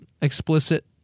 explicit